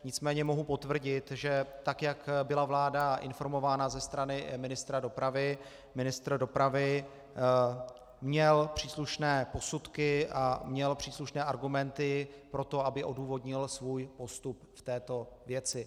Nicméně mohu potvrdit, že tak jak byla vláda informována ze strany ministra dopravy, ministr dopravy měl příslušné posudky a měl příslušné argumenty pro to, aby odůvodnil svůj postup v této věci.